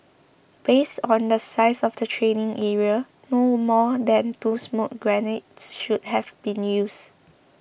based on the size of the training area no more than two smoke grenades should have been used